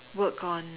work on